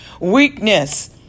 weakness